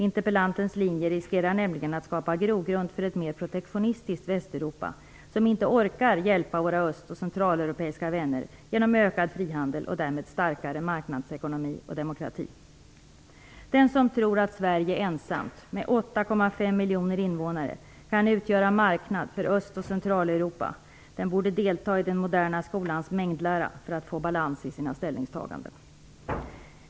Interpellantens linje riskerar nämligen att skapa en grogrund för ett mer protektionistiskt Västeuropa som inte orkar hjälpa våra öst och centraleuropeiska vänner genom ökad frihandel och därmed starkare marknadsekonomi och demokrati. Den som tror att Sverige ensamt, med 8,5 miljoner invånare, kan utgöra en marknad för Öst och Centraleuropa borde delta i den moderna skolans mängdlära för att få balans i sina ställningstaganden.